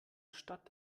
stadt